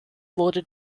wurde